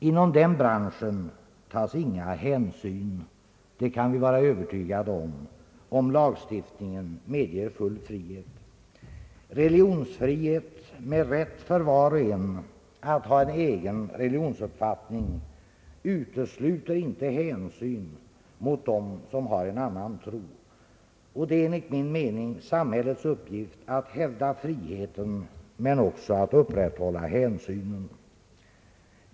Inom den branschen tas inga hänsyn — det kan vi vara övertygade om — ifall lagstiftningen medger full frihet. Religionsfrihet med rätt för var och en att ha en egen regligionsuppfatining utesluter inte hänsyn till dem som har en annan tro. Det är enligt min mening samhällets uppgift att hävda friheten, men också att upprätthålla hänsynen.